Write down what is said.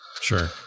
Sure